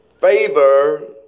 Favor